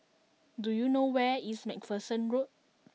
do you know where is MacPherson Road